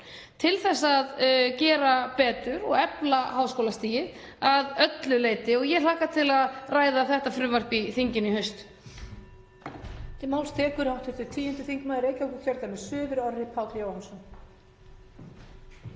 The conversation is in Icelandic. til að gera betur og efla háskólastigið að öllu leyti og ég hlakka til að ræða þetta frumvarp í þinginu í haust.